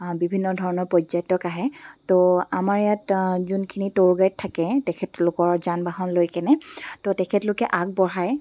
বিভিন্ন ধৰণৰ পৰ্যায়ত আহে তো আমাৰ ইয়াত যোনখিনি টুৰ গাইড থাকে তেখেতলোকৰ যান বাহন লৈ কেনে তো তেখেতলোকে আগবঢ়ায়